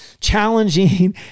challenging